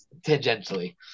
tangentially